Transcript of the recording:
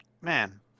Man